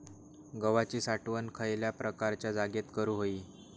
गव्हाची साठवण खयल्या प्रकारच्या जागेत करू होई?